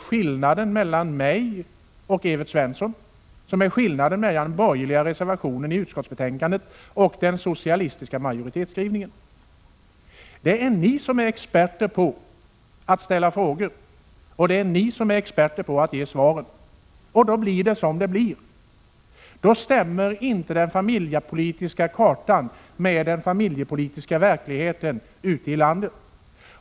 Skillnaden mellan mig och Evert Svensson, skillnaden mellan den borgerliga reservationen till utskottsbetänkandet och den socialistiska majoritetsskrivningen är att ni anser att ni är experter på att ställa frågorna och att ge svaren. Då blir det som det blir. Då stämmer inte den familjepolitiska kartan med den familjepolitiska verkligheten ute i landet.